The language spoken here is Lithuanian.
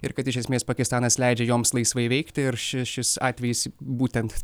ir kad iš esmės pakistanas leidžia joms laisvai veikti ir ši šis atvejis būtent